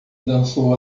dançou